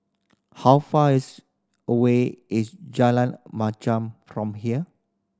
how far is away is Jalan Machang from here